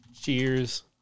Cheers